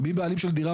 ומי בעלים של דירה,